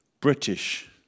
British